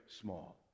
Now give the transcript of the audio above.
small